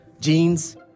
jeans